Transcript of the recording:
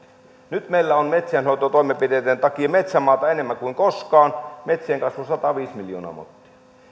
nyt meillä on metsienhoitotoimenpiteiden takia metsämaata enemmän kuin koskaan metsien kasvu sataviisi miljoonaa mottia